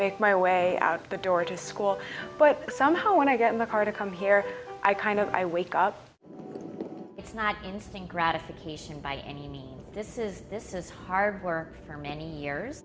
make my way out the door to school but somehow when i get in the car to come here i kind of i wake up it's not in sync gratification by any means this is this is hard work for many years